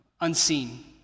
unseen